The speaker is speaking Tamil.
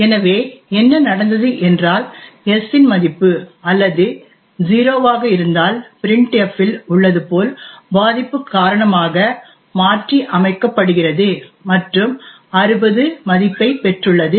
எனவே என்ன நடந்தது என்றால் s இன் மதிப்பு அல்லது 0 வாக இருந்தால் printf இல் உள்ளது போல் பாதிப்பு காரணமாக மாற்றி அமைக்கப்படுகிறது மற்றும் 60 மதிப்பை பெற்றுள்ளது